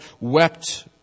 wept